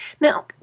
Now